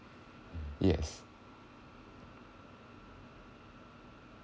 yes